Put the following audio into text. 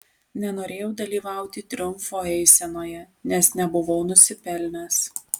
nenorėjau dalyvauti triumfo eisenoje nes nebuvau nusipelnęs